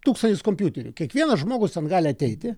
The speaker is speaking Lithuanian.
tūkstantis kompiuterių kiekvienas žmogus gali ateiti